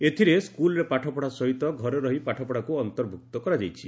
ଏଥିରେ ସ୍କୁଲ୍ରେ ପାଠପଢ଼ା ସହିତ ଘରେ ରହି ପାଠପଡ଼ାକୁ ଅନ୍ତର୍ଭୁକ୍ତ କରାଯାଇଛି